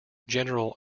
general